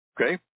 okay